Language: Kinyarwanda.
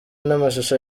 namashusho